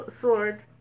sword